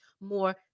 more